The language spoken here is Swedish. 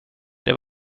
det